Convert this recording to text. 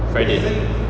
friday